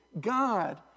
God